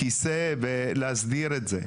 כיסא ולהסדיר את זה.